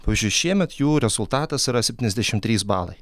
pavyzdžiui šiemet jų rezultatas yra septyniasdešimt trys balai